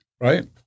right